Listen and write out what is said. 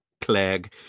Clegg